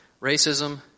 racism